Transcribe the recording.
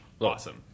Awesome